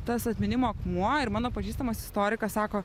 tas atminimo akmuo ir mano pažįstamas istorikas sako